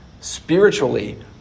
spiritually